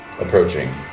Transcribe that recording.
approaching